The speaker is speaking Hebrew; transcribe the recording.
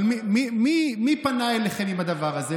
אבל מי פנה אליכם עם הדבר הזה?